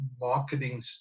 marketing